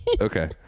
Okay